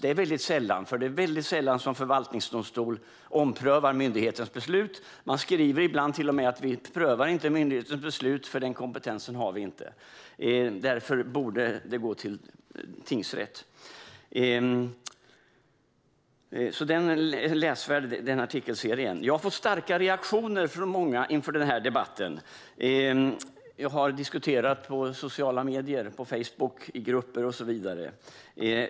Det är sällan, för det är sällan som förvaltningsdomstol omprövar myndighetens beslut. Man skriver ibland till och med att man inte prövar myndighetens beslut för att man inte har den kompetensen. Därför borde sådana här ärenden gå till tingsrätt. Den artikelserien är läsvärd. Jag har fått starka reaktioner från många inför den här debatten när jag har diskuterat i sociala medier, på Facebook, i grupper och så vidare.